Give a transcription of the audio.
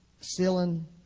Ceiling